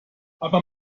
aber